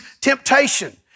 temptation